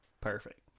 perfect